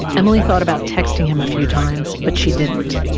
emily thought about texting him a few times, but she didn't.